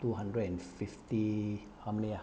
two hundred and fifty how many ah